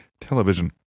television